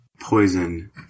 Poison